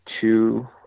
two –